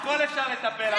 בכול אפשר לטפל,